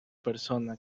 persona